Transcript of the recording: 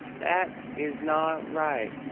that is not right.